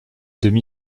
demi